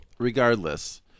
Regardless